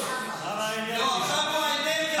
לא, עכשיו הוא האנרגיה והתשתיות.